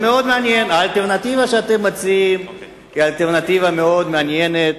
האלטרנטיבה שאתם מציעים היא אלטרנטיבה מאוד מעניינת,